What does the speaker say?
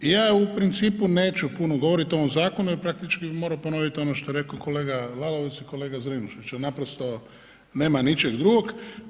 I ja u principu neću puno govoriti o ovom zakonu jer bi praktički morao ponoviti ono što je rekao kolega Lalovac i kolega Zrinušić jel naprosto nema ničeg drugog.